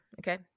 Okay